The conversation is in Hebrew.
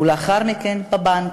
ולאחר מכן, בבנק.